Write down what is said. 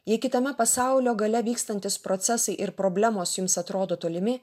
jei kitame pasaulio gale vykstantys procesai ir problemos jums atrodo tolimi